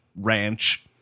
ranch